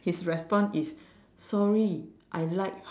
his response is sorry I like her